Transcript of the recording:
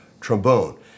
trombone